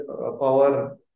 power